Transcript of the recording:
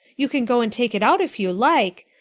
you can go and take it out if you like.